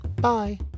bye